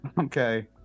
Okay